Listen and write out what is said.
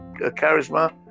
Charisma